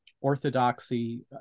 Orthodoxy